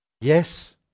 Yes